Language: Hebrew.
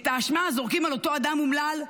את האשמה זורקים על אותו אדם אומלל,